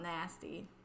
nasty